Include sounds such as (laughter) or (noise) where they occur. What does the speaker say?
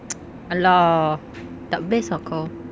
(noise) !alah! tak best ah kau